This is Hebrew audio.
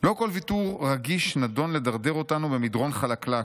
"לא כל ויתור רגיש נידון לדרדר אותנו במדרון חלקלק,